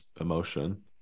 emotion